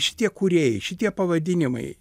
šitie kūrėjai šitie pavadinimai